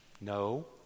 No